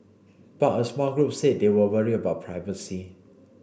but a small group said they were worried about privacy